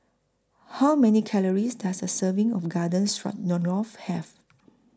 How Many Calories Does A Serving of Garden Stroganoff Have